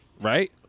Right